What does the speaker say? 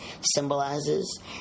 symbolizes